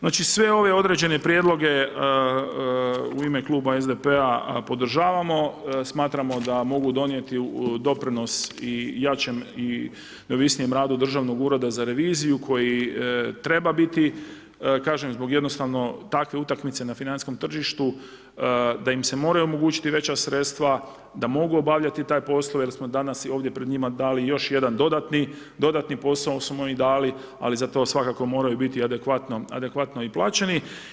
Znači sve ove određene prijedloge u ime kluba SDP-a podržavamo, smatramo da mogu donijeti doprinos i jačem i neovisnijem radu Državnog ureda za reviziju koji treba biti kažem zbog jednostavno takve utakmice na financijskom tržištu, da im se moraju omogućiti veća sredstva, da mogu obavljati te poslove jer smo danas ovdje pred njima dali još jedan dodatni, dodatni posao smo im dali ali za to svakako moraju biti adekvatno i plaćeni.